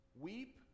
Weep